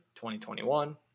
2021